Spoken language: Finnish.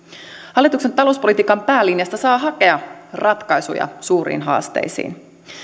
hallituksen talouspolitiikan päälinjasta saa hakea ratkaisuja suuriin haasteisiin